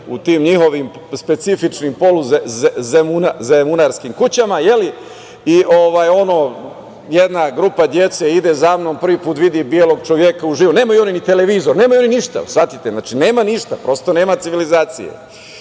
u tim njihovim specifičnim poluzemunarskim kućama. Jedna grupa dece ide za mnom, prvi put vide belog čoveka uživo. Nemaju oni ni televizor, nemaju oni ništa, shvatite, nema ništa, prosto nema civilizacije. Ali,